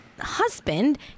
husband